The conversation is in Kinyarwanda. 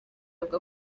avuga